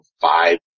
five